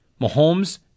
Mahomes